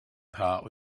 part